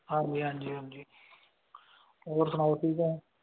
ਹਾਂਜੀ ਹਾਂਜੀ ਹਾਂਜੀ ਹੋਰ ਸੁਣਾਓ ਠੀਕ ਹੈ